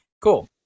cool